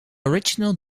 original